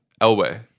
Elway